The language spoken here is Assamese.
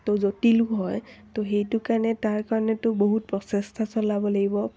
ত' জটিলো হয় ত' সেইটো কাৰণে তাৰ কাৰণেতো বহুত প্ৰচেষ্টা চলাব লাগিব